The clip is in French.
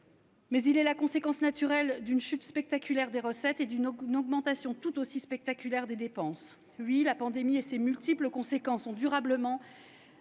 ! Telle est la conséquence naturelle d'une chute spectaculaire des recettes et d'une augmentation tout aussi spectaculaire des dépenses. Oui, la pandémie et ses multiples conséquences ont durablement